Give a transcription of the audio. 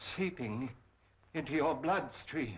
seeping into your bloodstream